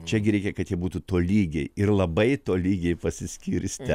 čia gi reikia kad ji būtų tolygiai ir labai tolygiai pasiskirstę